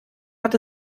hat